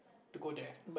to go there